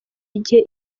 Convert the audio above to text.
igihe